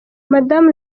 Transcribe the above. madamu